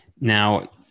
Now